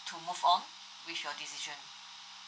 to move on with your diecision